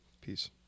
Peace